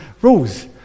rules